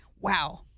wow